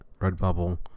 Redbubble